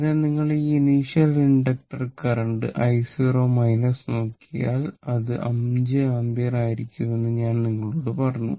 അതിനാൽ നിങ്ങൾ initial inductor current I0 നോക്കിയാൽ അത് 5 ആമ്പിയർ ആയിരിക്കുമെന്ന് ഞാൻ നിങ്ങളോട് പറഞ്ഞു